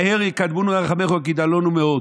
מהר יקדמונו רחמיך כי דלונו מאד".